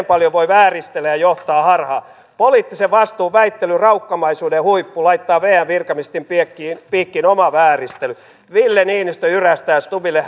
paljon voi vääristellä ja johtaa harhaan poliittisen vastuun välttelyn raukkamaisuuden huippu laittaa vm virkamiesten piikkiin piikkiin oma vääristely ville niinistö jyrähtää stubbille